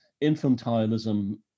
infantilism